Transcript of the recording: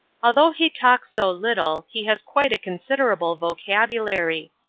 although he talks so little, he has quite a considerable vocabulary.